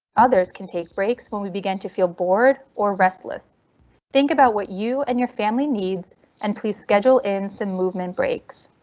others can take breaks when we begin to feel bored or restless think about what you and your family needs and please schedule in some movement breaks.